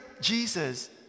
Jesus